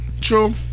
true